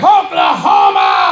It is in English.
Oklahoma